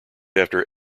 after